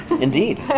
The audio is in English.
Indeed